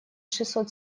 шестьсот